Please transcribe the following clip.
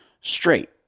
straight